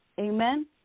Amen